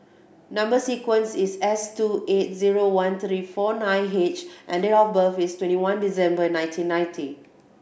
number sequence is S two eight zero one three four nine H and date of birth is twenty one December nineteen ninety